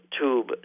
tube